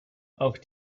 auch